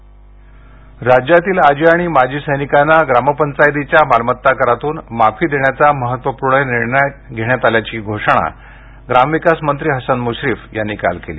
करमाफी राज्यातील आजी आणि माजी सैनिकांना ग्रामपंचायतीच्या मालमत्ता करातून माफी देण्याचा महत्वपूर्ण निर्णय घेण्यात आल्याची घोषणा ग्रामविकास मंत्री हसन मुश्रीफ यांनी काल केली